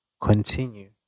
Continue